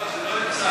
לא, זה לא נמצא,